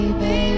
baby